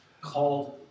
called